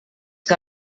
que